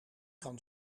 kan